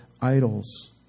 idols